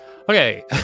okay